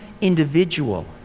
individual